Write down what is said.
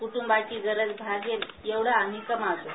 क्टूंबाची गरज भागेल ऐवढा आम्ही कमवतो